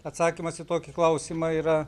atsakymas į tokį klausimą yra